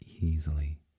easily